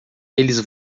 eles